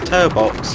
Turbox